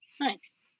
Nice